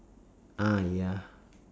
ah ya